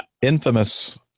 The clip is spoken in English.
Infamous